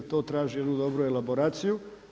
To traži jednu dobru elaboraciju.